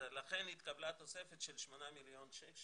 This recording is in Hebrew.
לכן התקבלה תוספת של שמונה מיליון שקל